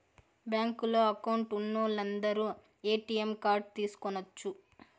బ్యాంకులో అకౌంట్ ఉన్నోలందరు ATM card తీసుకొనచ్చు